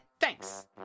Thanks